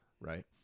right